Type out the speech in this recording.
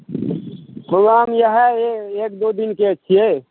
programme इयह एक दू दिन के छियै